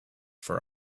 for